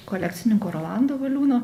kolekcininko rolando valiūno